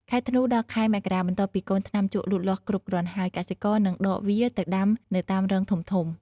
ខែធ្នូ ដល់ ខែមករា បន្ទាប់ពីកូនថ្នាំជក់លូតលាស់គ្រប់គ្រាន់ហើយ កសិករនឹងដកវាទៅដាំនៅតាមរងធំៗ។